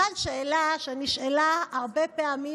אשאל שאלה שנשאלה הרבה פעמים,